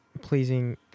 pleasing